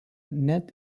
net